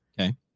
Okay